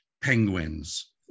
penguins